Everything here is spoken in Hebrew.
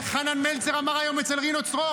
איך חנן מלצר אמר היום אצל רינו צרור?